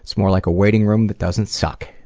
more like a waiting room that doesn't suck.